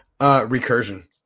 Recursion